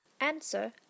Answer